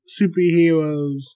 superheroes